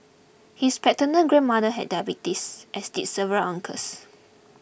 his paternal grandmother had diabetes as did several uncles